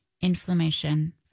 inflammation